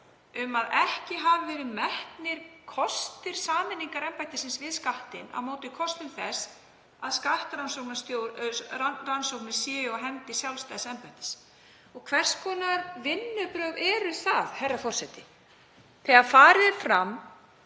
að ekki hafi verið metnir kostir sameiningar embættisins við Skattinn á móti kostum þess að skattrannsóknir séu á hendi sjálfstæðs embættis. Hvers konar vinnubrögð eru það, herra forseti, þegar farið er